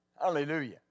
Hallelujah